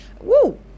Woo